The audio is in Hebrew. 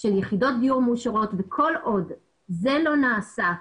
של יחידות דיור מאושרות וכל עוד זה לא נעשה,